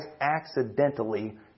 accidentally